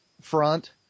front